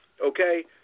okay